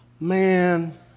man